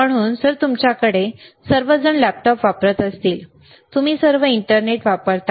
म्हणून जर तुमच्याकडे सर्वजण लॅपटॉप वापरत असतील तुम्ही सर्व इंटरनेट वापरता